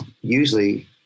usually